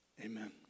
Amen